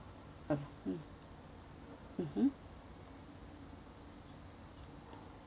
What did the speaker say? uh mm mmhmm